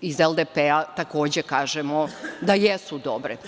iz LDP takođe kažemo da jesu dobre.